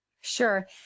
Sure